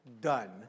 done